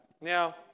Now